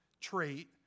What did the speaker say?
trait